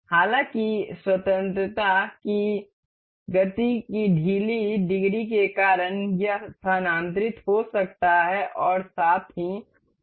हालांकि स्वतंत्रता की गति की ढीली डिग्री के कारण यह स्थानांतरित हो सकता है और साथ ही घूम सकता है